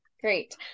great